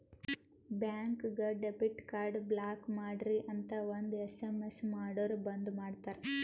ಬ್ಯಾಂಕ್ಗ debit card block ಮಾಡ್ರಿ ಅಂತ್ ಒಂದ್ ಎಸ್.ಎಮ್.ಎಸ್ ಮಾಡುರ್ ಬಂದ್ ಮಾಡ್ತಾರ